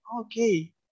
okay